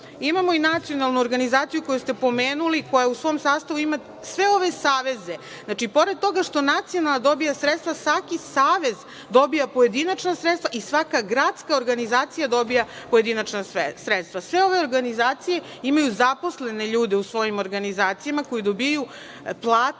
dana. Imamo i nacionalnu organizaciju koju ste pomenuli, koja u svom sastavu ima sve ove saveze. Znači, pored toga što nacionalna dobija sredstva, svaki savez dobija pojedinačno sredstva i svaka gradska organizacija dobija pojedinačna sredstva. Sve ove organizacije imaju zaposlene ljude u svojim organizacijama koji dobijaju plate